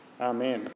Amen